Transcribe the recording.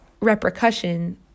repercussion